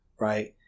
Right